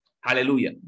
Hallelujah